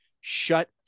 Shut